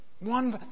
One